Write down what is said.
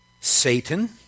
Satan